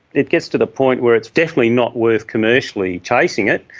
it gets to the point where it's definitely not worth commercially chasing it,